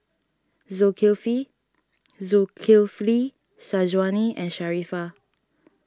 Zulkifli Syazwani and Sharifah